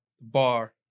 bar